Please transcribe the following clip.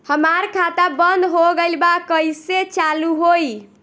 हमार खाता बंद हो गइल बा कइसे चालू होई?